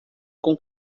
com